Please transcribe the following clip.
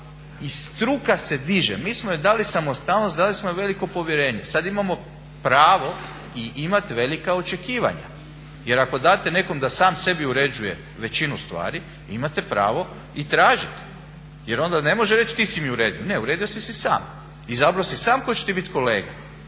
i struka se diže. Mi smo joj dali samostalnost, dali smo joj veliko povjerenje. Sada imamo pravo i imati velika očekivanja. Jer ako date nekome da sam sebi uređuje većinu stvari imate pravo i tražiti. Jer onda ne može reći ti si mi uredio, ne uredio si si sam. Izabrao si sam tko će ti biti kolega.